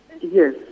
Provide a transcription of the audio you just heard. Yes